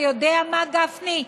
ואתה יודע מה, גפני?